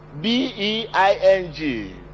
B-E-I-N-G